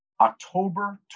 October